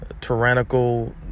tyrannical